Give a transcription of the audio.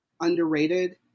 underrated